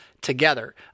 together